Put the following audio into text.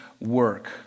work